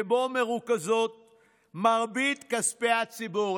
שבהן מרוכזים מרבית כספי הציבור,